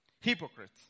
Hypocrites